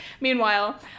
Meanwhile